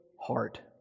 heart